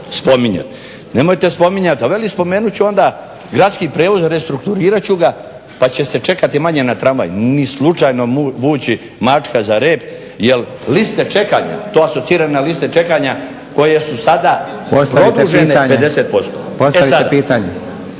spominjati. Nemojte spominjat. A veli spomenut ću onda gradski prijevoz, restrukturirat ću ga pa će se čekati manje na tramvaj, ni slučajno vući mačka za rep jel liste čekanja, to asocira na liste čekanja koje su sada produžene 50%. …/Upadica